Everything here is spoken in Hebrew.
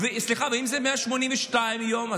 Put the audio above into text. סליחה, ואם זה 182 יום?